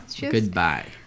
Goodbye